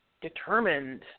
determined